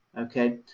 ok,